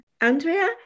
Andrea